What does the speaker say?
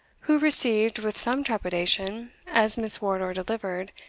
who received, with some trepidation, as miss wardour delivered,